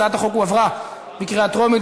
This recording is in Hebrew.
הצעת החוק הועברה בקריאה טרומית,